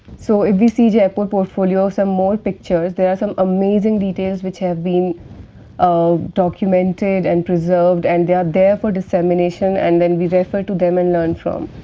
so, if we see jeypore portfolio, some more pictures there are some amazing details which have been um documented and preserved and they are there for dissemination and then we refer to them and learn from.